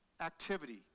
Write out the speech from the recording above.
activity